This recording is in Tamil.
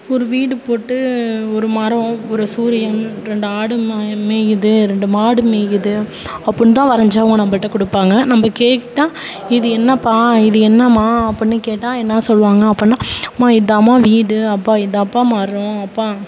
ஒரு வீடு போட்டு ஒரு மரம் ஒரு சூரியன் ரெண்டு ஆடு மாய் மேய்யுது ரெண்டு மாடு மேய்யுது அப்புடின்னு தான் வரைஞ்சி அவங்க நம்பள்கிட்ட கொடுப்பாங்க நம்ம கேட்டா இது என்னப்பா இது என்னம்மா அப்புடின்னு கேட்டால் என்ன சொல்லுவாங்கள் அப்புடின்னா அம்மா இதாம்மா வீடு அப்பா இதான்பா மரம் அப்பா